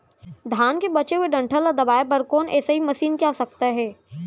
धान के बचे हुए डंठल ल दबाये बर कोन एसई मशीन के आवश्यकता हे?